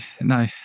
no